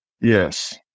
Yes